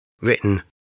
written